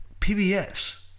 PBS